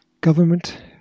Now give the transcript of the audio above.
Government